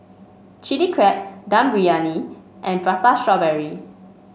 Chili Crab Dum Briyani and Prata Strawberry